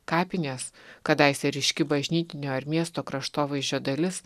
kapinės kadaise ryški bažnytinio ar miesto kraštovaizdžio dalis